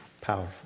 Powerful